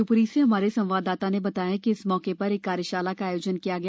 शिवपुरी से हमारे संवाददाता ने बताया है कि इस मौके पर एक कार्यशाला का आयोजन किया गया